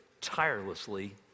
tirelessly